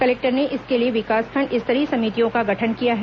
collector ने इसके लिए विकासखंड स्तरीय समितियों का गठन किया है